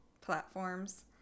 platforms